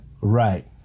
right